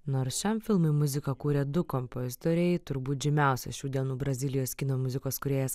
nors šiam filmui muziką kuria du kompozitoriai turbūt žymiausias šių dienų brazilijos kino muzikos kūrėjas